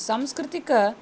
सांस्कृतिकम्